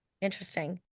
Interesting